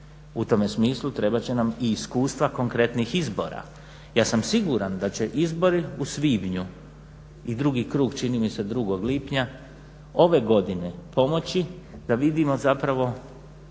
U tome smislu trebat će nam i iskustva konkretnih izbora. Ja sam siguran da će izbori u svibnju i drugi krug čini mi se 2. lipnja ove godine pomoći da vidimo zapravo